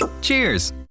Cheers